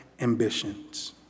ambitions